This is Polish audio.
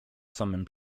samym